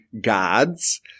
gods